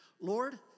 Lord